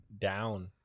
down